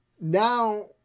now